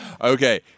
Okay